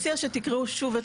הצעת חוק לתיקון פקודת המשטרה (סמכויות),